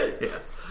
yes